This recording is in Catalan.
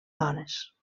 dones